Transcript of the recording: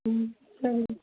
ம் சரி